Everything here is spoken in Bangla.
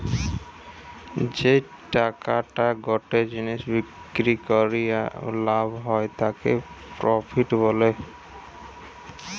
যেই টাকাটা গটে জিনিস বিক্রি করিয়া লাভ হয় তাকে প্রফিট বলে